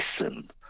listen